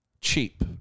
cheap